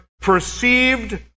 perceived